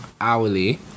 hourly